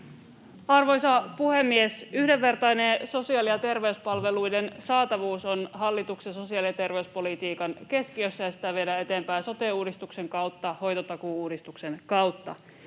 Arvoisa puhemies! Yhdenvertainen sosiaali- ja terveyspalveluiden saatavuus on hallituksen sosiaali- ja terveyspolitiikan keskiössä, ja sitä viedään eteenpäin sote-uudistuksen kautta, hoitotakuu-uudistuksen kautta.